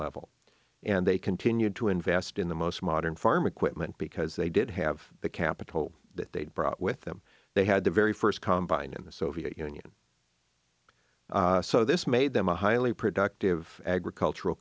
level and they continued to invest in the most modern farm equipment because they did have the capital that they brought with them they had the very first combine in the soviet union so this made them a highly productive agricultural